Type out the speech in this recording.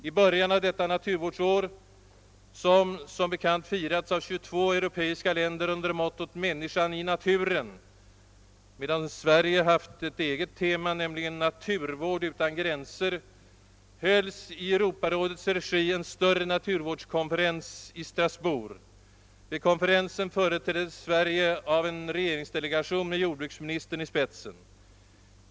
I början av detta naturvårdsår vilket, som bekant, firas av 22 europeiska länder under mottot »Människan i naturen», medan Sverige haft ett eget tema, nämligen »Naturvård utan gränser», hölls i Europarådets regi en stor naturvårdskonferens i Strasbourg. Vid konferensen företräddes Sverige av en regeringsdelegation med jordbruksministern i spetsen.